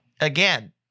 again